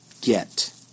get